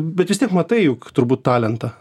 bet vis tiek matai juk turbūt talentą